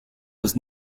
was